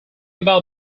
about